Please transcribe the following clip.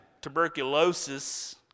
tuberculosis